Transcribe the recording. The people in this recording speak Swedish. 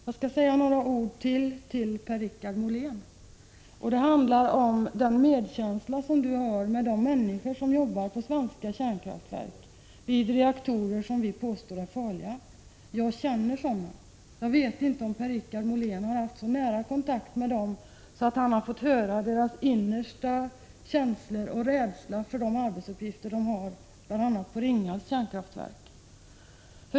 Jag skall säga ytterligare några ord till Per-Richard Molén, och de handlar om den medkänsla som han har med de människor som jobbar på svenska kärnkraftverk, vid reaktorer som vi påstår är farliga. Jag känner sådana personer. Jag vet inte om Per-Richard Molén har haft så nära kontakt med dem, att han fått höra talas om deras innersta känslor och rädsla för de arbetsuppgifter de har, bl.a. på Ringhals kärnkraftverk.